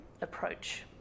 approach